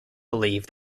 believe